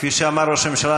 כפי שאמר ראש הממשלה,